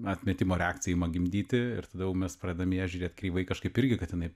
atmetimo reakciją ima gimdyti ir tada jau mes pradedam į ją žiūrėt kreivai kažkaip irgi kad jinai